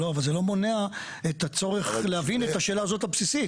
אבל זה לא מונע את הצורך להבין את השאלה הזאת הבסיסית.